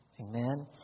amen